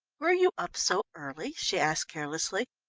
were you up so early? she asked carelessly.